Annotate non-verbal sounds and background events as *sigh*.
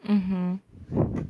mmhmm *breath*